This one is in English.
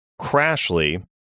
Crashly